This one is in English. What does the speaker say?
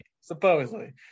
supposedly